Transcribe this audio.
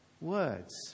Words